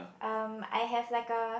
um I have like a